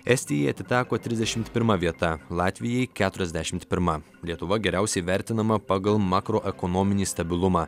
estijai atiteko trisdešimt pirma vieta latvijai keturiasdešimt pirma lietuva geriausiai vertinama pagal makroekonominį stabilumą